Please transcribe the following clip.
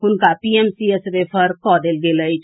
हुनका PMCH refer कऽ देल गेल अछि